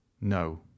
No